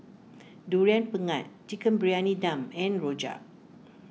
Durian Pengat Chicken Briyani Dum and Rojak